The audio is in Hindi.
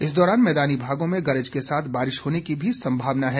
इस दौरान मैदानी भागों में गरज के साथ बारिश की संभावना है